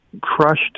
crushed